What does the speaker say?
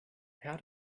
how